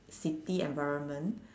city environment